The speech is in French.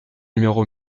numéro